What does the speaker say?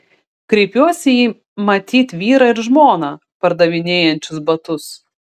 kreipiuosi į matyt vyrą ir žmoną pardavinėjančius batus